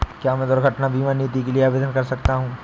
क्या मैं दुर्घटना बीमा नीति के लिए आवेदन कर सकता हूँ?